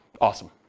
Awesome